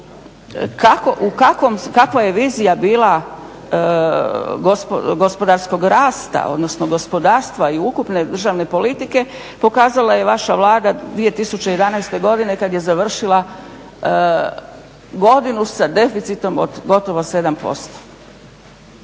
A kakva je vizija bila gospodarskog rasta odnosno gospodarstva i ukupne državne politike pokazala je vaša Vlada 2011. godine kad je završila godinu s deficitom od gotovo 7%.